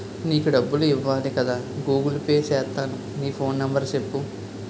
నీకు డబ్బులు ఇవ్వాలి కదా గూగుల్ పే సేత్తాను నీ ఫోన్ నెంబర్ సెప్పు